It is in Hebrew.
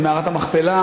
על מערת המכפלה,